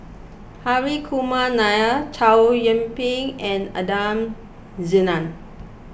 Hri Kumar Nair Chow Yian Ping and Adan Jimenez